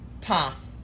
path